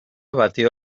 batió